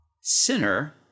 sinner